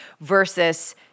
versus